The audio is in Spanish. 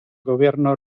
gobierno